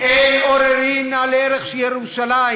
אין עוררין על ערך ירושלים,